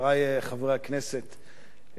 חברי חברי הכנסת,